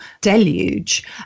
deluge